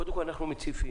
קודם כל אנחנו מציפים,